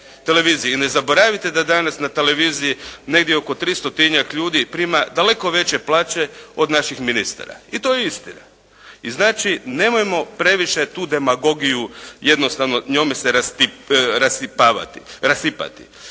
I ne zaboravite da danas na televiziji negdje oko 300-tinjak ljudi prima daleko veće plaće od naših ministara. I to je istina. I znači nemojmo previše tu demagogiju jednostavno njome se rasipati.